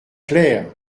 clair